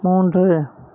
மூன்று